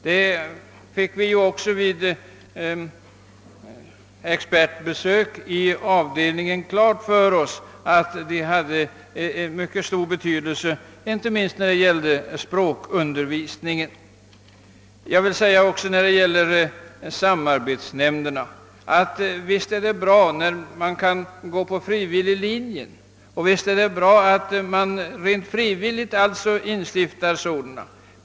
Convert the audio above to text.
När experter på området besökte oss i andra avdelningen fick vi också klart för oss att sådan undervisning har stor betydelse inte minst för språkundervisningen. När det gäller samarbetsnämnderna vill jag framhålla att det visst är bra när man kan gå på frivilliglinjen och att man kan inrätta sådana nämnder.